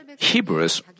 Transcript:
Hebrews